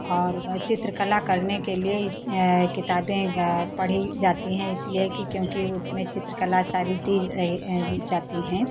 और चित्रकला करने के लिए किताबें पढ़ी जाती हैं इसलिए कि क्योंकि उसमें चित्रकला सारी दी रही जाती हैं